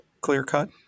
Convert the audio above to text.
clear-cut